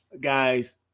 Guys